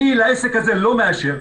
אני לעסק הזה לא מאשר,